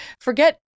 forget